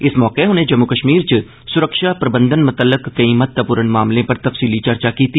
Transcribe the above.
इस मौके उनें जम्मू कश्मीर च सुरक्षा प्रबंधन मतल्लक केईं महत्वपूर्ण मामलें पर तफ्सीली चर्चा कीती